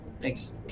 Thanks